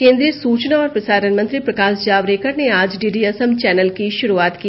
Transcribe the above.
केंद्रीय सुचना और प्रसारण मंत्री प्रकाश जावड़ेकर ने आज डीडी असम चैनल की शुरूआत की